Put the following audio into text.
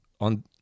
on